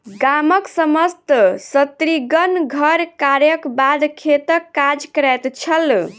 गामक समस्त स्त्रीगण घर कार्यक बाद खेतक काज करैत छल